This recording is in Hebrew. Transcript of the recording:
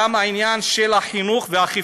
וגם בעניין של החינוך והאכיפה.